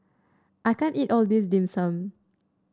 I can't eat all of this Dim Sum